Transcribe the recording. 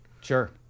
sure